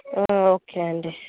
ఆ ఓకే అండి